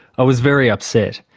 i was very upset.